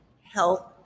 health